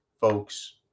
folks